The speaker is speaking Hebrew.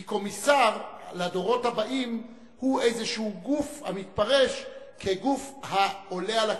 כי קומיסר לדורות הבאים הוא איזשהו גוף המתפרש כגוף העולה על הכנסת,